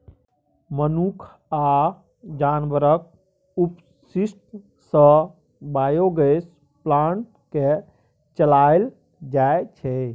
मनुख आ जानबरक अपशिष्ट सँ बायोगैस प्लांट केँ चलाएल जाइ छै